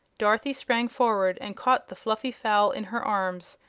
dorothy sprang forward and caught the fluffy fowl in her arms,